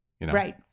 Right